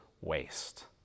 waste